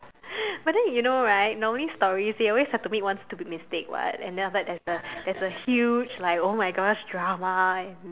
but then you know right normally stories they always have to make one stupid mistake [what] and then after that there's the there's the like !oh-my-gosh! huge drama and